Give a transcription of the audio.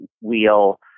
wheel